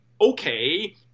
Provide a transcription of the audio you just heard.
okay